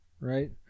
Right